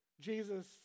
Jesus